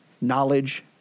knowledge